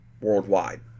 worldwide